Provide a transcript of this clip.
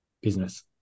business